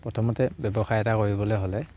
প্ৰথমতে ব্যৱসায় এটা কৰিবলে হ'লে